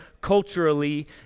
culturally